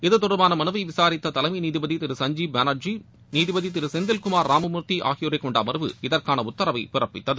இத்தொடர்பான மனுவை விசாரித்த தலைமை நீதிபதி திரு சஞ்சீவ் பானர்ஜி நீதிபதி திரு செந்தில்குமார் ராமமூர்த்தி ஆகியோரை கொண்ட அமர்வு இதற்கான உத்தரவை பிறப்பித்தது